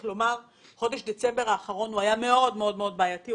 חודש דצמבר האחרון היה מאוד מאוד בעייתי.